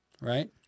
right